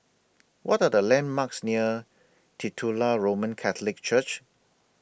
What Are The landmarks near Titular Roman Catholic Church